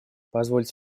позвольте